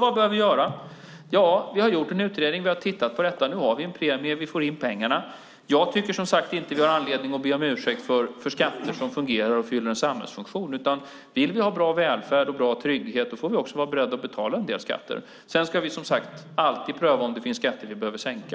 Vad bör vi göra? Ja, vi har gjort en utredning och tittat på detta. Nu har vi en premie, och vi får in pengarna. Jag tycker som sagt att jag inte har anledning att be om ursäkt för skatter som fungerar och fyller en samhällsfunktion. Vill vi ha bra välfärd och bra trygghet, och då får vi vara beredda att betala en del skatter. Sedan ska vi alltid pröva om det finns skatter som vi behöver sänka.